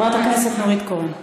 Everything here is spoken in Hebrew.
חברת הכנסת נורית קורן,